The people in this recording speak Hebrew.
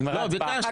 נגמרה ההצבעה.